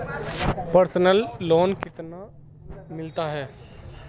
Personal loan कितना मिलता है?